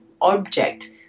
object